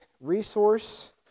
resource